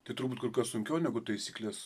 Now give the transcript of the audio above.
tai turbūt kur kas sunkiau negu taisyklės